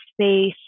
space